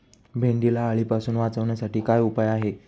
भेंडीला अळीपासून वाचवण्यासाठी काय उपाय आहे?